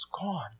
gone